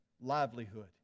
livelihood